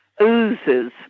oozes